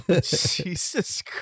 Jesus